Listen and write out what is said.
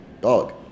Dog